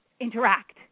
interact